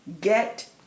Get